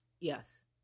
Yes